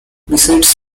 besides